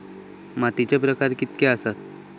मातीचे प्रकार कितके आसत?